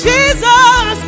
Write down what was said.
Jesus